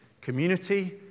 community